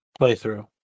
playthrough